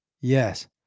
yes